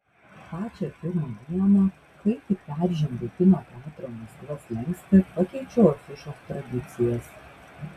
pačią pirmą dieną kai tik peržengiau kino teatro maskva slenkstį pakeičiau afišos tradicijas